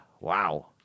Wow